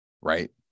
right